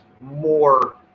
more